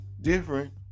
different